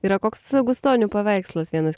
yra koks gustonių paveikslas vienas